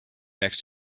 next